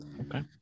Okay